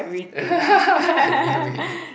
I knew it